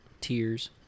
tears